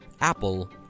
Apple